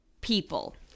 people